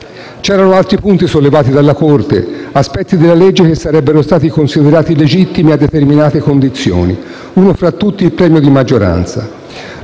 C'erano altri punti sollevati dalla Corte, aspetti della legge che sarebbero stati considerati legittimi a determinate condizioni. Uno fra tutti è il premio di maggioranza.